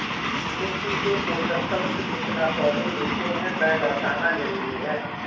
मिट्टी से पोषक तत्व जितना पौधे लेते है, वह लौटाना जरूरी है